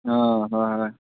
অঁ হয় হয়